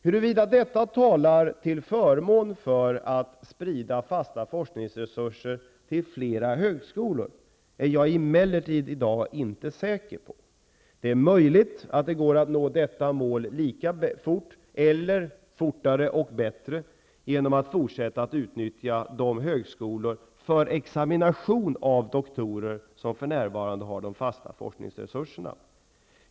Huruvida detta talar till förmån för att sprida fasta forskningsresurser till flera högskolor är jag i dag emellertid inte säker på. Det är möjligt att det går att nå detta mål lika fort eller fortare och bättre genom att man kan forsätta att utnyttja de högskolor för eximination av doktorer som för närvarande har de fasta forskningsresurserna.